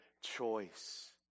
choice